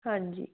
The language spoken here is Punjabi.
ਹਾਂਜੀ